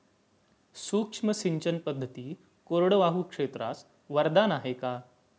सूक्ष्म सिंचन पद्धती कोरडवाहू क्षेत्रास वरदान आहे का?